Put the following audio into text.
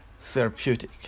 therapeutic